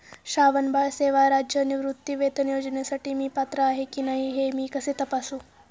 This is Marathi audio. श्रावणबाळ सेवा राज्य निवृत्तीवेतन योजनेसाठी मी पात्र आहे की नाही हे मी कसे तपासू?